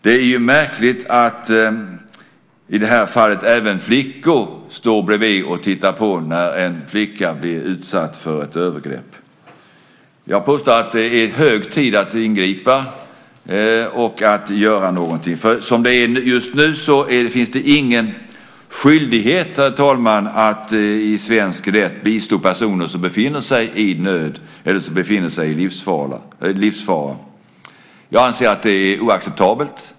Det är märkligt att även flickor, som i det här fallet, står bredvid och tittar på när en flicka blir utsatt för ett övergrepp. Jag påstår att det är hög tid att ingripa och att göra någonting. Som det är just nu finns det ingen skyldighet i svensk rätt, herr talman, att bistå personer som befinner sig i nöd eller i livsfara. Jag anser att det är oacceptabelt.